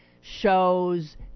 shows